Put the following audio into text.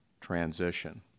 transition